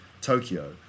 Tokyo